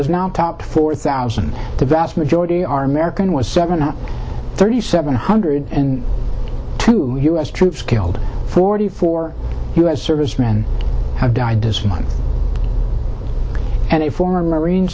has now topped four thousand the vast majority are american was seven out thirty seven hundred two u s troops killed forty four u s servicemen have died this month and a former marine